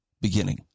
beginning